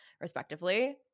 respectively